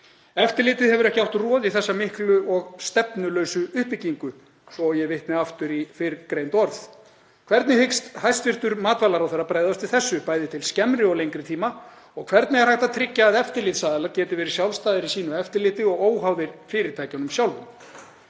Eftirlitið hefur ekki átt roð í þessa miklu og stefnulausu uppbyggingu, svo að ég vitni aftur í fyrrgreind orð. Hvernig hyggst hæstv. matvælaráðherra bregðast við þessu, bæði til skemmri og lengri tíma, og hvernig er hægt að tryggja að eftirlitsaðilar geti verið sjálfstæðir í sínu eftirliti og óháðir fyrirtækjunum sjálfum?